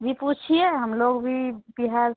जी पूछिये हम लोग भी बिहार